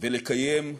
ידיהם ולקיים,